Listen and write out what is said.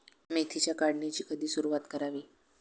मेथीच्या काढणीची कधी सुरूवात करावी?